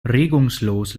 regungslos